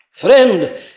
Friend